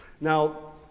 now